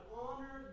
honor